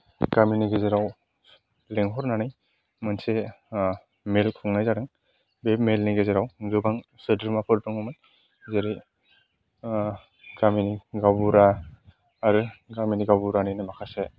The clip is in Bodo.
गामिनि गेजेराव लेंहरनानै मोनसे मेल खुंनाय जादों बे मेलनि गेजेराव गोबां सोद्रोमाफोर दङमोन जेरै गामिनि गावबुरा आरो गामिनि गावबुरानिनो माखासे